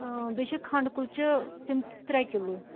اۭں بیٚیہِ چھُ کھنٛڈٕ کُلچہِ تِم تہِ ترٛےٚ کِلوٗ